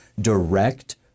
direct